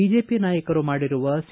BJP ನಾಯಕರು ಮಾಡಿರುವ C